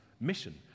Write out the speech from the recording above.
mission